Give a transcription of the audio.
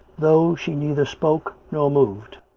though she neither spoke nor moved.